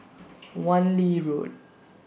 Wan Lee Road